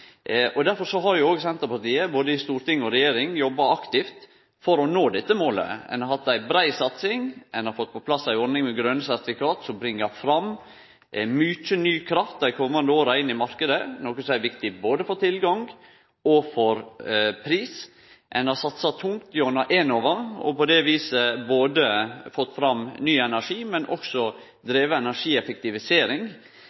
Derfor har òg Senterpartiet, både i storting og regjering, jobba aktivt for å nå dette målet. Ein har hatt ei brei satsing, ein har fått på plass ei ordning med grøne sertifikat som bringar fram mykje ny kraft inn i marknaden dei komande åra, noko som er viktig for både tilgang og pris. Ein har satsa tungt gjennom Enova, og på det viset både fått fram ny energi